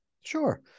Sure